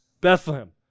Bethlehem